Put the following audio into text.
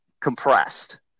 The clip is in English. compressed